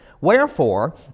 Wherefore